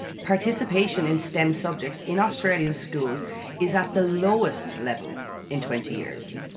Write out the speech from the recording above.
participation in stem subjects in australian schools is at the lowest level in twenty years.